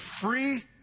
free